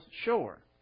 shore